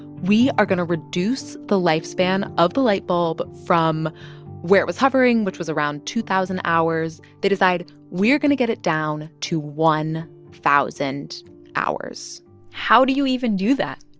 we are going to reduce the lifespan of the light bulb from where it was hovering, which was around two thousand hours. they decide, we're going to get it down to one thousand hours how do you even do that?